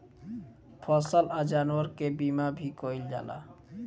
फसल आ जानवर के बीमा भी कईल जाला